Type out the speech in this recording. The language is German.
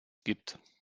gibt